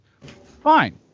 Fine